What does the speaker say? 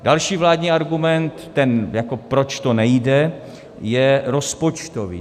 Další vládní argument, proč to nejde, je rozpočtový.